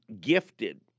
gifted